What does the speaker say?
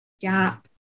gap